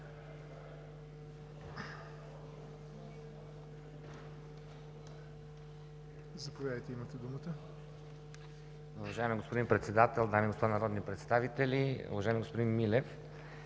Заповядайте, имате думата